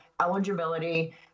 eligibility